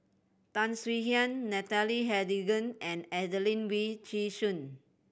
Tan Swie Hian Natalie Hennedige and Adelene Wee Chin Suan